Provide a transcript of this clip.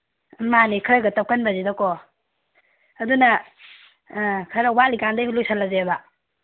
ꯃꯥꯅꯦ ꯈꯔꯒ ꯇꯞꯀꯟꯕꯁꯤꯗꯀꯣ ꯑꯗꯨꯅ ꯈꯔ ꯋꯥꯠꯂꯤꯀꯥꯟꯗꯒꯤꯕꯨ ꯂꯣꯏꯁꯜꯂꯁꯦꯕ